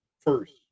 first